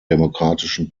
demokratischen